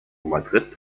madrid